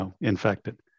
infected